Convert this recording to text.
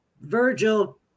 Virgil